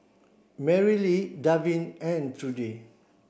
Marylee Davin and Trudie